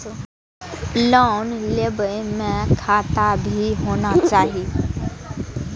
Loan लेबे में खाता भी होना चाहि?